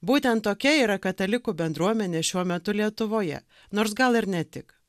būtent tokia yra katalikų bendruomenė šiuo metu lietuvoje nors gal ir ne tik